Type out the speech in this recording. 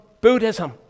Buddhism